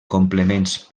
complements